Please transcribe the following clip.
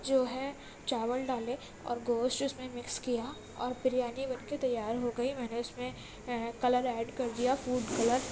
جو ہے چاول ڈالے اور گوشت اس میں مکس کیا اور بریانی بن کے تیار ہو گئی میں نے اس میں کلر ایڈ کردیا فوڈ کلر